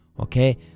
okay